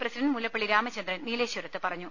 president Mullappally Ramachandran നീലേശ്വരത്ത് പറഞ്ഞു